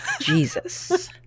Jesus